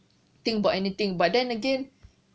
think about anything but then again